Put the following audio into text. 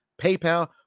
PayPal